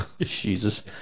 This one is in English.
Jesus